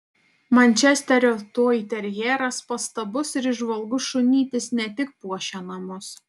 mančesterio toiterjeras pastabus ir įžvalgus šunytis ne tik puošia namus